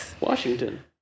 washington